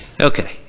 Okay